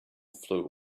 flew